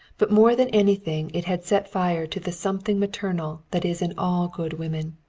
but more than anything it had set fire to the something maternal that is in all good women.